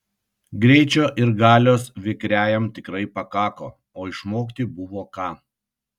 greičio ir galios vikriajam tikrai pakako o išmokti buvo ką